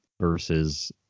Versus